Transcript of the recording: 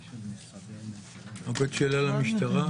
רק עוד שאלה למשטרה.